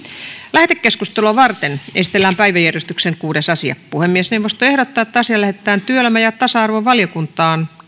lähetekeskustelua varten esitellään päiväjärjestyksen kuudes asia puhemiesneuvosto ehdottaa että asia lähetetään työelämä ja tasa arvovaliokuntaan